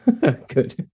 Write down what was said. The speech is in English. Good